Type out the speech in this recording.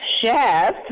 chef